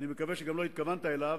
אני מקווה שגם לא התכוונת אליו,